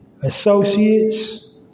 associates